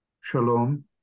Shalom